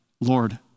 Lord